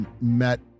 met